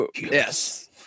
Yes